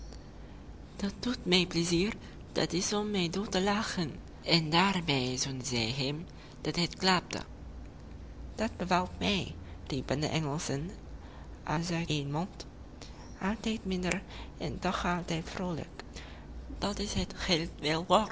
dat doet mij plezier dat is om mij dood te lachen en daarbij zoende zij hem dat het klapte dat bevalt mij riepen de engelschen als uit éen mond altijd minder en toch altijd vroolijk dat is het geld wel waard